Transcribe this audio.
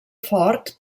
fort